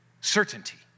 certainty